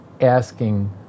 asking